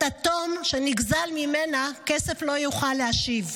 את התום שנגזל ממנה כסף לא יוכל להשיב,